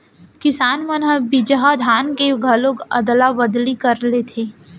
किसान मन ह बिजहा धान के घलोक अदला बदली कर लेथे